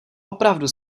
opravdu